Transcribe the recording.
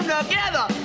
together